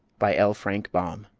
by l. frank baum